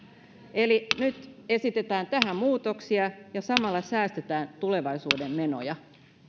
nyt esitetään tähän muutoksia ja samalla säästetään tulevaisuuden menoja